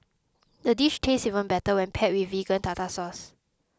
the dish tastes even better when paired with Vegan Tartar Sauce